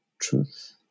truth